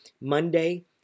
Monday